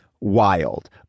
wild